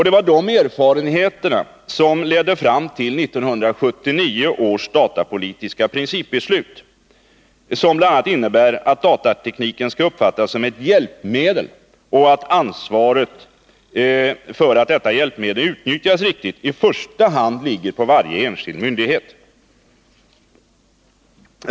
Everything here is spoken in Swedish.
Det var dessa erfarenheter som ledde fram till 1979 års datapolitiska principbeslut, som bl.a. innebär att datatekniken skall uppfattas som ett hjälpmedel och att ansvaret för att detta hjälpmedel utnyttjas riktigt i första hand ligger på varje enskild myndighet.